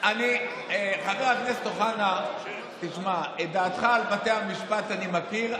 חבר הכנסת אוחנה, את דעתך על בתי המשפט אני מכיר.